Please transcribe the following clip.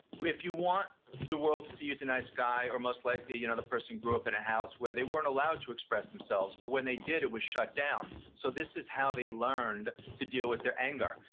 if you want the world to see you as a nice guy or most likely, you know the person who grew up in a house where they weren't allowed to express themselves, or when they did it was shut down. so this is how they learned to deal with their anger,